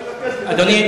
תודה רבה, אדוני.